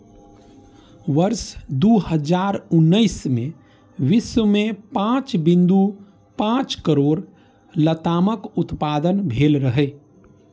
वर्ष दू हजार उन्नैस मे विश्व मे पांच बिंदु पांच करोड़ लतामक उत्पादन भेल रहै